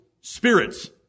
spirits